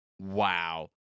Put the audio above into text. wow